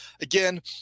again